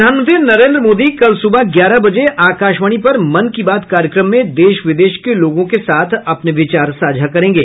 प्रधानमंत्री नरेन्द्र मोदी कल सुबह ग्यारह बजे आकाशवाणी पर मन की बात कार्यक्रम में देश विदेश के लोगों के साथ अपने विचार साझा करेंगे